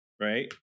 right